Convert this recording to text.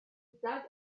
dug